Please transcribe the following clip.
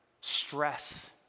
stress